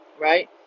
right